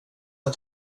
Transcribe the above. att